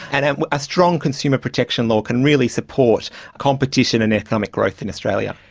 and and a strong consumer protection law can really support competition and economic growth in australia.